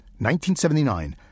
1979